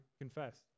confess